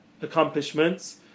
accomplishments